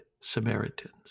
Samaritans